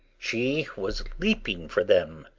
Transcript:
she was leaping for them,